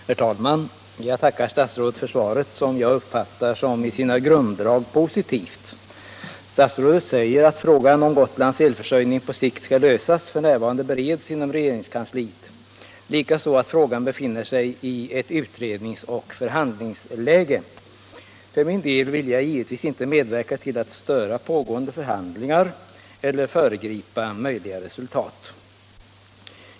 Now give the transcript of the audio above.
Herr talman! Jag tackar statsrådet för svaret, som jag uppfattar som i sina grunddrag positivt. Statsrådet säger att frågan hur Gotlands elförsörjning ”på sikt skall lösas bereds f.n. inom regeringskansliet” och att frågan befinner sig i ett utredningsoch förhandlingsläge. För min del vill jag givetvis inte medverka till att störa pågående förhandlingar eller föregripa möjliga resultat.